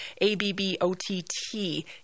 A-B-B-O-T-T